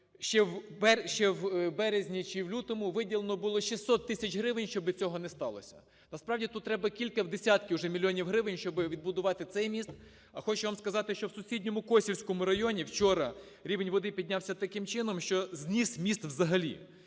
ще в березні чи в лютому виділено було 600 тисяч гривень, щоб цього не сталося. Насправді тут треба кілька десятків вже мільйонів гривень, щоб відбудувати цей міст. А хочу вам сказати, що в сусідньому Косівському районі вчора рівень води піднявся таким чином, що зніс міст взагалі